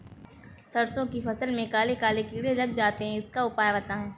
सरसो की फसल में काले काले कीड़े लग जाते इसका उपाय बताएं?